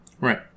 Right